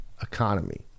economy